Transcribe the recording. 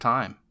Time